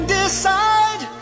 decide